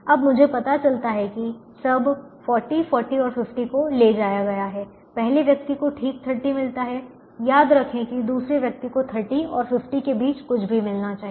अब मुझे पता चलता है कि सब 40 40 और 50 को ले जाया गया है पहले व्यक्ति को ठीक 30 मिलता है याद रखें कि दूसरे व्यक्ति को 30 और 50 के बीच कुछ भी मिलना चाहिए